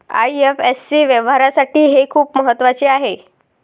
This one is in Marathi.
आई.एफ.एस.सी व्यवहारासाठी हे खूप महत्वाचे आहे